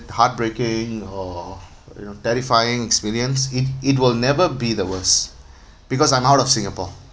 heart breaking or you know terrifying experience it it will never be the worse because I'm out of singapore